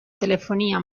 telefonia